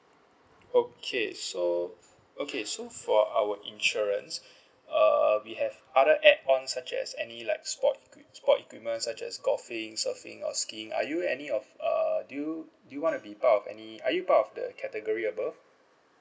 okay so okay so for our insurance uh we have other add on such as any like sport sport equipment such as golfing surfing or skiing are you any of uh do you do you want to be part of any are you part of the category above